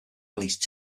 released